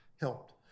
helped